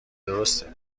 درسته